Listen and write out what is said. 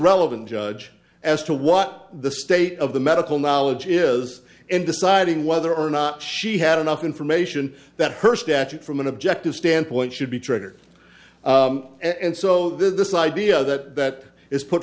relevant judge as to what the state of the medical knowledge is in deciding whether or not she had enough information that her statute from an objective standpoint should be triggered and so this idea that is put